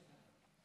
בבקשה.